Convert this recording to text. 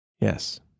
Yes